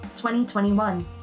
2021